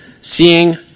seeing